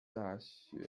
大学